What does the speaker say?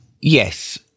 Yes